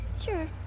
Sure